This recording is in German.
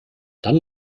dann